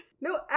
no